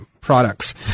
products